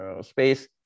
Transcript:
space